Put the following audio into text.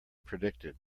predicted